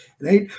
right